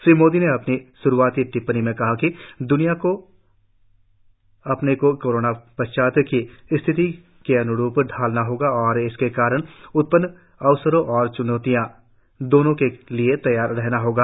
श्री मोदी ने अपनी श्आती टिप्पणी में कहा कि द्रनिया को अपने को कोरोना पश्चात की स्थितियों के अन्रुप ढालना होगा और इसके कारण उत्पन्न अवसरों और च्नौतियों दोनों के लिए तैयार रहना होगा